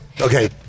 Okay